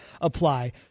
apply